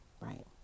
right